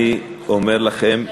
אני אומר לכם,